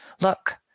Look